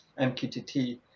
mqtt